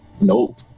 Nope